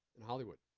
in hollywood.